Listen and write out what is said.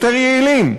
יותר יעילים.